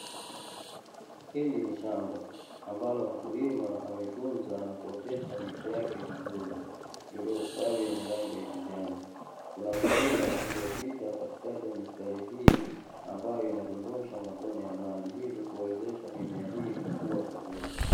Hili ni shamba ambalo mkulima ametunza na kuotesha miche yake vizuri, iliyostawi yenye rangi ya kijani, kuna mipira iliyopita katikati ya mistari hii ambayo inadondosha matone ya maji, hivyo kuwezesha mimea hii kukua vizuri.